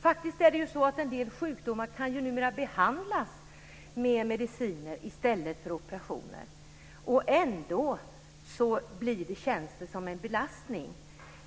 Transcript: Faktiskt är det så att en del sjukdomar numera kan behandlas med mediciner i stället för operationer, och ändå känns det som en belastning.